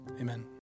amen